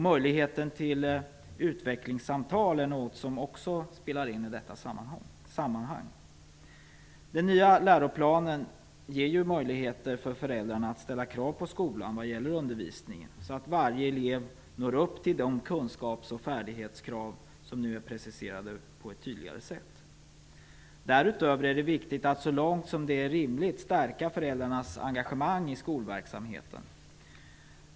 Möjligheten till utvecklingssamtal är något som också spelar in i detta sammanhang. Den nya läroplanen ger ju möjligheter för föräldrarna att ställa krav på skolan vad gäller undervisningen så att varje elev når upp till de kunskaps och färdighetskrav som nu är preciserade på ett tydligare sätt. Därutöver är det viktigt att så långt som det är rimligt stärka föräldrarnas engagemang i skolverksamheten.